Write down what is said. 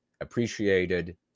appreciated